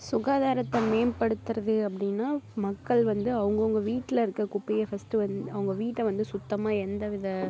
சுகாதாரத்தை மேம்படுத்துகிறது அப்படின்னா மக்கள் வந்து அவங்கவங்க வீட்டில இருக்க குப்பையை ஃபஸ்ட்டு வந்து அவங்க வீட்டை வந்து சுத்தமாக எந்த வித